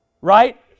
Right